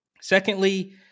Secondly